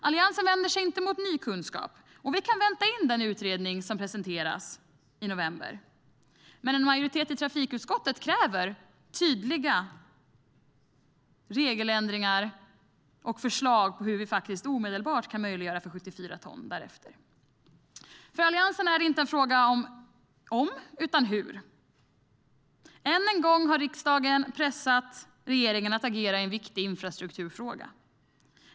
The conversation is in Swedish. Alliansen vänder sig inte mot ny kunskap, och vi kan vänta in den utredning som ska presenteras i november. Men en majoritet i trafikutskottet kräver tydliga regeländringar och förslag på hur vi omedelbart därefter kan möjliggöra för 74 ton. För Alliansen är frågan inte "om" utan "hur". Än en gång har riksdagen pressat regeringen att agera i en viktig infrastrukturfråga.